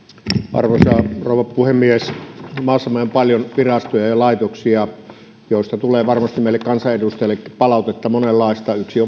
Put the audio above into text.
arvoisa rouva puhemies maassamme on paljon virastoja ja laitoksia joiden toiminnasta tulee varmasti meille kansanedustajillekin palautetta monenlaista yksi